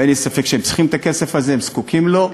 אין לי ספק שהם צריכים את הכסף הזה, הם זקוקים לו,